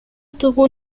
tuvo